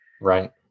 Right